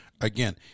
again